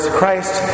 Christ